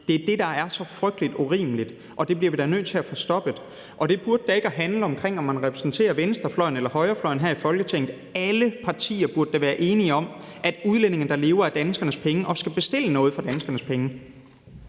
Det er det, der er så frygtelig urimeligt, og det bliver vi da nødt til at få stoppet, og det burde da ikke handle om, om man repræsenterer venstrefløjen eller højrefløjen her i Folketinget. Alle partier burde da være enige om, at udlændinge, der lever af danskernes penge, også skal bestille noget for danskernes penge.